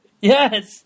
Yes